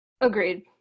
Agreed